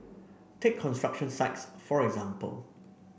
take construction sites for example